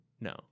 No